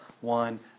one